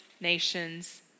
nations